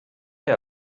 der